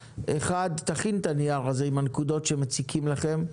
תכין את הנייר הזה עם הנקודות שמציקות לכם.